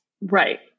right